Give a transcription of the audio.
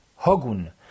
Hogun